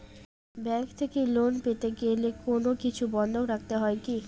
Bank থেকে loan পেতে গেলে কোনো কিছু বন্ধক রাখতে হয় কি?